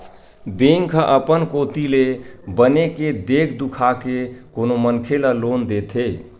bank ह अपन कोती ले बने के देख दुखा के कोनो मनखे ल लोन देथे